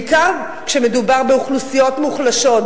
בעיקר כשמדובר באוכלוסיות מוחלשות,